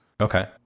Okay